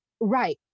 right